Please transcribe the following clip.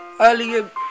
earlier